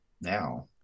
now